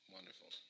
Wonderful